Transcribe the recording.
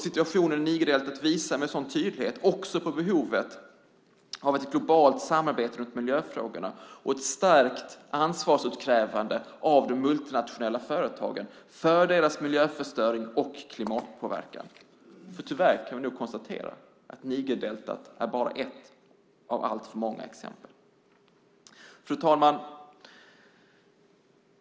Situationen i Nigerdelat visar med sådan tydlighet också på behovet av ett globalt samarbete i miljöfrågorna och ett starkt ansvarsutkrävande av de multinationella företagen för deras miljöförstöring och klimatpåverkan. Vi kan tyvärr konstatera att Nigerdeltat bara är ett av alltför många exempel. Fru talman!